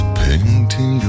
painting